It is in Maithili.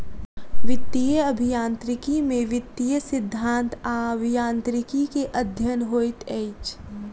वित्तीय अभियांत्रिकी में वित्तीय सिद्धांत आ अभियांत्रिकी के अध्ययन होइत अछि